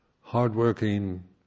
hardworking